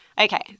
Okay